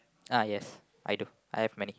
ah yes I do I have many